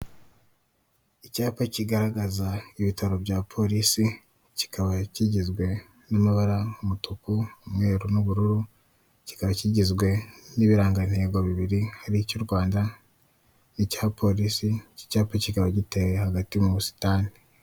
Icyapa kigaragaza ibitaro bya police, kikaba kigizwe n'amabara y'umutuku, umweru n'ubururu, kikaba kigizwe n'ibarangantego bibiri hari icy'u Rwanda n'icya police, ik'icyapa kikaba giteye mu busitani.